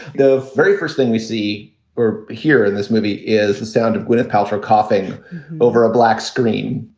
the very first thing we see or hear in this movie is the sound of gwyneth paltrow coughing over a black screen.